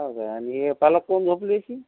हो का आणि हे पालक काहून झोपली अशी